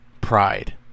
pride